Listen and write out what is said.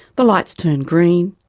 the lights turned green,